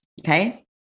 okay